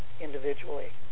individually